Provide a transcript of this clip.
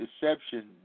deception